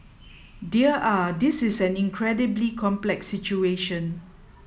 dear ah this is an incredibly complex situation